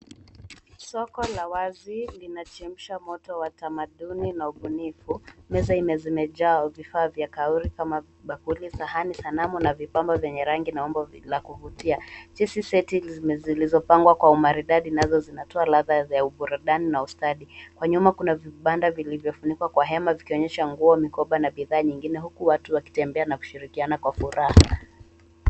Soko la wazi linachemsha moto wa tamaduni na ubunifu. Meza nne zimejaa vifaa vya kauri kama bakuli, sahani, sanamu na vipambo vyenye rangi na umbo la kuvutia. Hizi seti zilizopangwa kwa umaridadi nazo zinatoa ladha ya uburudani na ustadi. Kwa nyuma kuna vibanda vilivyofunikwa kwa hema vikionyesha nguo, mikoba na bidhaa nyingine huku watu wakitembea na kushirikiana kwa furaha.